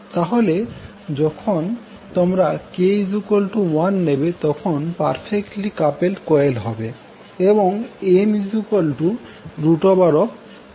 তাহলে যখন তোমরা k1 নেবে তখন পারফেক্টলি কাপেলড কয়েল হবে এবং ML1L2 হবে